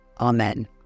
Amen